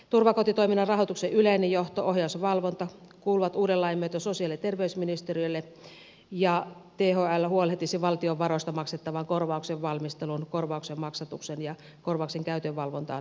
turvakotitoiminnan rahoituksen yleinen johto ohjaus ja valvonta kuuluvat uuden lain myötä sosiaali ja terveysministeriölle ja thl huolehtisi valtion varoista maksettavan korvauksen valmisteluun korvauksen maksatukseen ja korvauksen käytön valvontaan liittyvät tehtävät